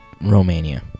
Romania